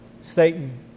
satan